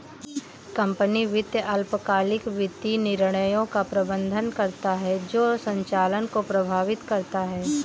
company वित्त अल्पकालिक वित्तीय निर्णयों का प्रबंधन करता है जो संचालन को प्रभावित करता है